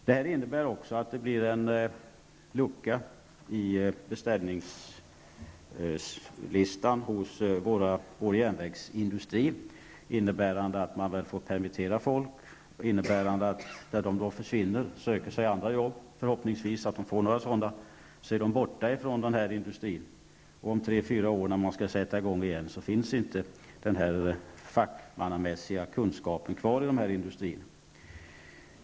Det innebär också att det blir en lucka i beställningslistan hos vår järnvägsindustri. Den får då permittera folk. När dessa människor förhoppningsvis får andra jobb är de borta från järnvägsindustrin. Om tre fyra år när man skall sätta i gång med beställningarna igen finns inte den fackmannamässiga kunskapen kvar i industrin.